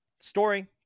Story